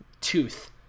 tooth